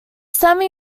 semi